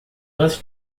antes